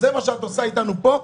זה מה שאת עושה איתנו פה,